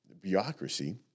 bureaucracy